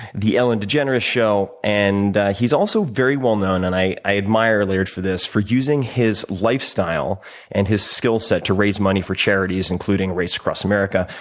the ellen degeneres show, and he's also very well known, and i i admire larry for this, for using his lifestyle and his skillset to raise money for charities, including race across america,